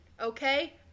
okay